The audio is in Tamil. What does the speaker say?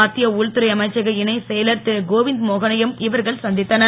மத்திய உள்துறை அமைச்சக இணைச் செயலர் திரு கோவிந்த் மோகனையும் இவர்கள் சந்தித்தனர்